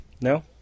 No